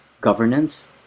governance